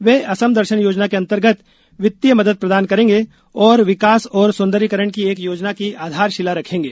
वे असम दर्शन योजना के अंतर्गत वित्तीय मदद प्रदान करेंगे और विकास और सौन्दजर्यीकरण की एक योजना की आधारशिला रखेगें